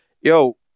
yo